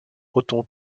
otto